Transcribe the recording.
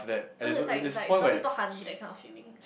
!urgh! is like like dropping into honey that kind of feelings